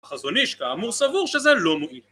חזון-איש, כאמור סבור שזה לא מועיל